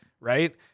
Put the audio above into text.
Right